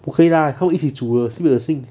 不可以 lah 他们一起煮的 sibeh 恶心